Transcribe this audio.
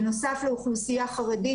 בנוסף לאוכלוסייה החרדית,